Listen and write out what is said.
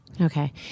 Okay